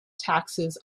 taxes